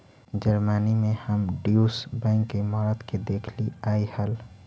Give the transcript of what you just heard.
Germany में हम Deutsche Bank के इमारत के देखलीअई हल